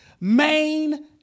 main